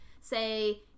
say